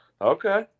Okay